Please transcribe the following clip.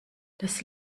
das